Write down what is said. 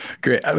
Great